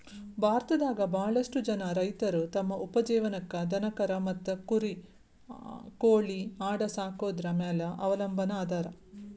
ಭಾರತದಾಗ ಬಾಳಷ್ಟು ಜನ ರೈತರು ತಮ್ಮ ಉಪಜೇವನಕ್ಕ ದನಕರಾ ಮತ್ತ ಕುರಿ ಕೋಳಿ ಆಡ ಸಾಕೊದ್ರ ಮ್ಯಾಲೆ ಅವಲಂಬನಾ ಅದಾರ